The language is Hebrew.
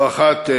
לא אחת,